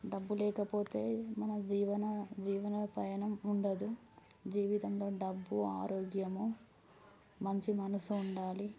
డబ్బు లేకపోతే మన జీవన జీవనోపాయనం ఉండదు జీవితంలో డబ్బు ఆరోగ్యము మంచి మనసు ఉండాలి